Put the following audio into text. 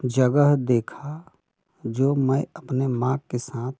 जगह देखा जो मैं अपने माँ के साथ